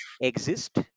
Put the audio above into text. exist